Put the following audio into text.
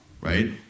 right